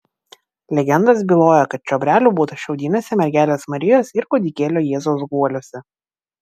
legendos byloja kad čiobrelių būta šiaudiniuose mergelės marijos ir kūdikėlio jėzaus guoliuose